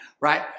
right